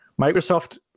Microsoft